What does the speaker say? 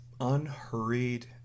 unhurried